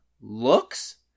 looks